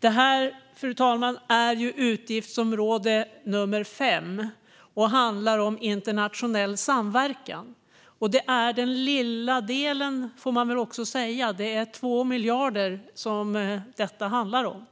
debatterar utgiftsområde 5, som handlar om internationell samverkan. Det är den lilla delen, får man väl säga - det är 2 miljarder som detta handlar om.